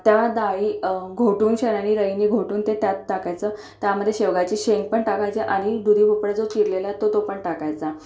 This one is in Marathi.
त्या डाळी घोटूनशान आणि रवीने घोटून ते त्यात टाकायचं त्यामधे शेवग्याची शेंग पण टाकायची आणि दुधी भोपळा जो चिरलेला आहे तो तो पण टाकायचा